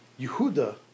Yehuda